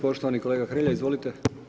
Poštovani kolega Hrelja, izvolite.